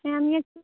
হ্যাঁ আমি এক